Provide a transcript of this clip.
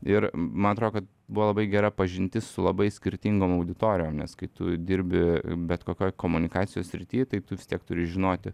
ir man atro kad buvo labai gera pažintis su labai skirtingom auditorijom nes kai tu dirbi bet kokioj komunikacijos srity tai tu vis tiek turi žinoti